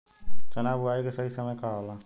चना बुआई के सही समय का होला?